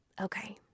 Okay